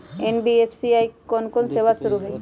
NBFC में अभी कोन कोन सेवा शुरु हई?